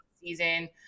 season